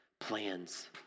plans